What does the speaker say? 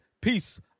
Peace